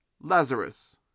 Lazarus